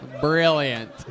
Brilliant